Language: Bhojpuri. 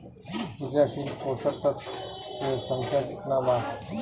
क्रियाशील पोषक तत्व के संख्या कितना बा?